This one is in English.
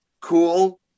cool